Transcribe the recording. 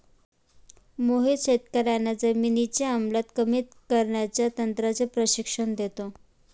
मोहित शेतकर्यांना जमिनीची आम्लता कमी करण्याच्या तंत्राचे प्रशिक्षण देतो